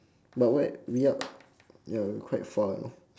but where we are ya we're quite far you know